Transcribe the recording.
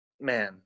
man